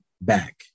back